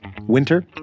winter